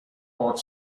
bot